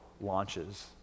launches